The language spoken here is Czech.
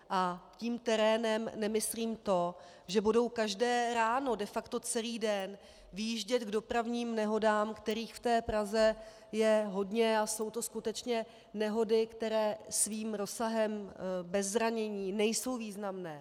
A tím terénem nemyslím to, že budou každé ráno de facto celý den vyjíždět k dopravním nehodám, kterých v Praze je hodně, a jsou to skutečně nehody, které svým rozsahem, bez zranění, nejsou významné.